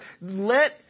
Let